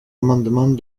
amendement